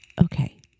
Okay